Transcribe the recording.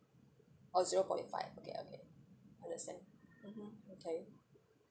orh zero point five okay okay understand mmhmm okay